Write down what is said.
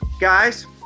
guys